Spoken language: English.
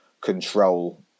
control